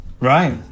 Right